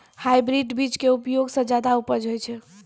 hybrid बीज के उपयोग सॅ ज्यादा उपज होय छै